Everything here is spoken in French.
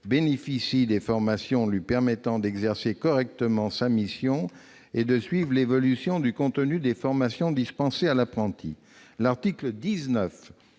bénéficie des formations lui permettant d'exercer correctement sa mission et de suivre l'évolution du contenu des formations dispensées à l'apprenti. L'article 19